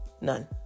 None